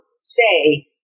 say